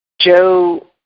Joe